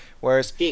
whereas